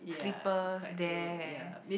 slippers there